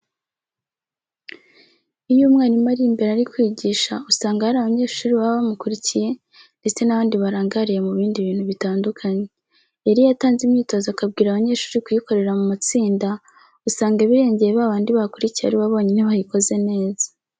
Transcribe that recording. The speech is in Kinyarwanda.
Iyo umwarimu ari imbere ari kwigisha usanga hari abanyeshuri baba bamukurikiye ndetse n'abandi barangariye mu bindi bintu bitandukanye. Rero iyo atanze imyitozo akabwira abanyeshuri kuyikorera mu matsinda usanga birangiye ba bandi bakurikiye ari bo bonyine bayikoze neza.